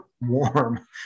warm